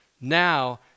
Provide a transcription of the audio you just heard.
now